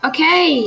Okay